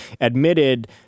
admitted